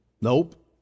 Nope